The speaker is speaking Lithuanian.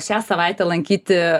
šią savaitę lankyti